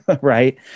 right